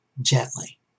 gently